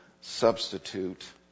substitute